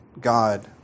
God